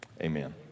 Amen